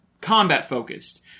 combat-focused